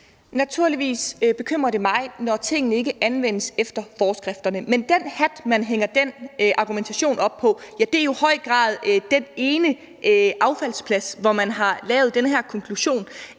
Naturligvis bekymrer det mig, når tingene ikke anvendes efter forskrifterne, men det, man hænger den argumentation op på, er jo i høj grad den ene affaldsplads, hvor man har lavet den her konklusion.